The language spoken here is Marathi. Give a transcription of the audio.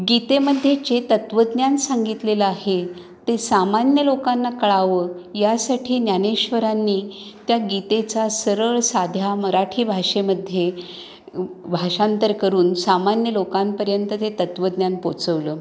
गीतेमधे जे तत्वज्ञान सांगितलेलं आहे ते सामान्य लोकांना कळावं यासाठी ज्ञानेश्वरांनी त्या गीतेचा सरळ साध्या मराठी भाषेमध्ये भाषांतर करून सामान्य लोकांपर्यंत ते तत्वज्ञान पोचवलं